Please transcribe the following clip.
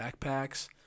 backpacks